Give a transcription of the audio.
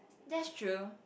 that's true